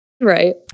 right